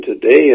today